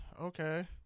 okay